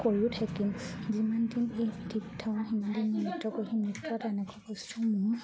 কৰিও থাকিম যিমান দিন এই ঠিক থওঁ সিমানদিন নিয়ম নৃত্য তেনেকুৱা বস্তু মোৰ